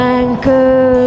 anchor